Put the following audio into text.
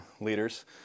leaders